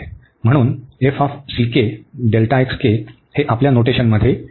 आणि म्हणून हे आपल्या नोटेशनमध्ये आहे